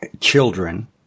Children